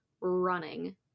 running